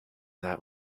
that